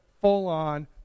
full-on